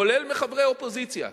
כולל מחברי אופוזיציה,